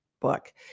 book